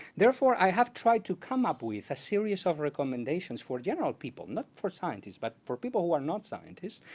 therefore i have tried to come up with a series of recommendations for general people, not for scientists, but for people who are not scientists,